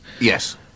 Yes